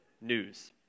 news